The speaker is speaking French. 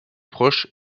proche